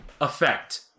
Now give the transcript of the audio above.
effect